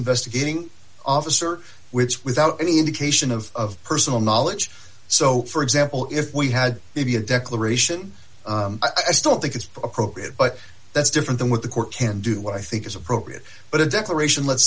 investigating officer which without any indication of personal knowledge so for example if we had maybe a declaration i don't think it's appropriate but that's different than what the court can do what i think is appropriate but a declaration let's